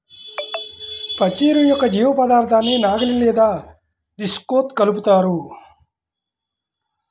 పచ్చి ఎరువు యొక్క జీవపదార్థాన్ని నాగలి లేదా డిస్క్తో కలుపుతారు